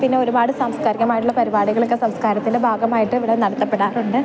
പിന്നെ ഒരുപാട് സാംസ്കാരികമായിട്ടുള്ള പരിപാടികളൊക്കെ സംസ്കാരത്തിൻ്റെ ഭാഗമായിട്ട് ഇവിടെ നടത്തപ്പെടാറുണ്ട്